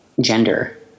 gender